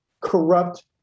corrupt